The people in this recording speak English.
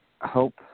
hope